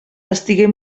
estigué